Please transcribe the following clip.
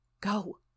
Go